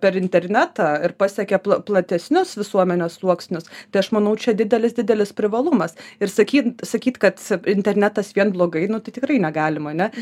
per internetą ir pasiekia pla platesnius visuomenės sluoksnius tai aš manau čia didelis didelis privalumas ir sakyn sakyt kad internetas vien blogai nu tai tikrai negalima ne